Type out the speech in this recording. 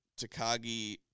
Takagi